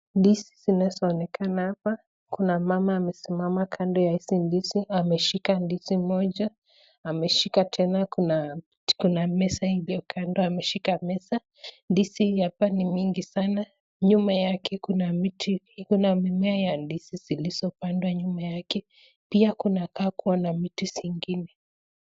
Ndizi zinazo onekana hapa, kuna mama amesimama kando ya hizi ndizi ameshika ndizi moja ameshika tena, kuna meza iliyo kando, kuna meza. Ndizi hapa ni mingi sana nyuma yake kuna miti ikona mimea ya ndizi zilizopandwa nyuma yake, pia hakua na miti zingine.